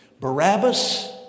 Barabbas